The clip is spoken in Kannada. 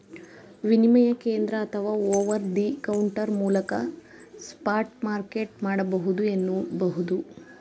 ವಿನಿಮಯ ಕೇಂದ್ರ ಅಥವಾ ಓವರ್ ದಿ ಕೌಂಟರ್ ಮೂಲಕ ಸ್ಪಾಟ್ ಮಾರ್ಕೆಟ್ ಮಾಡಬಹುದು ಎನ್ನುಬಹುದು